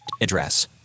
address